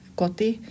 koti